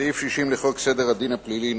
סעיף 60 לחוק סדר הדין הפלילי ,